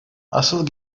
asıl